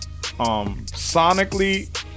sonically